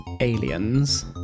aliens